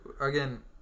again